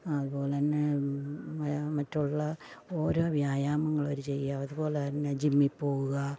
അതുപോലെതന്നെ മറ്റുള്ള ഓരോ വ്യായാമങ്ങളവര് ചെയ്യുക അതുപോലെതന്നെ ജിമ്മിൽ പോകുക